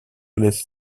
lès